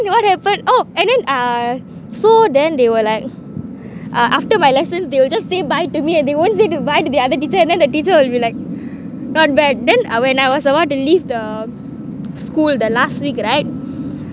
what happened oh and then uh so then they were like uh after my lessons they will just say bye to me and they won't say bye to the other teacher and then the teacher will be like not bad then I when I was about to leave the school the last week right